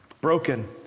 broken